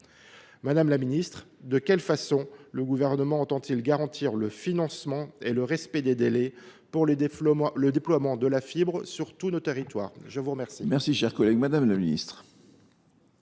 Madame la ministre, de quelle façon le Gouvernement entend il garantir le financement et le respect des délais pour le déploiement de la fibre dans tous les territoires ? La parole